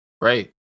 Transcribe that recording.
Right